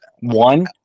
One